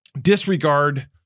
disregard